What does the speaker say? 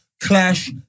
Clash